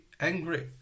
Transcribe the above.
angry